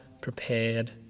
prepared